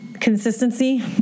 Consistency